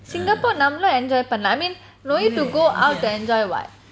singapore நம்மளும்:nammalum enjoy பண்ணலாம்:pannlam I mean don't need to go out and enjoy [what]